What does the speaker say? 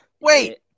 Wait